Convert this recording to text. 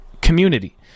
community